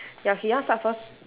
ya you want start first